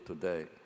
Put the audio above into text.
today